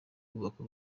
kubaka